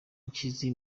nshyize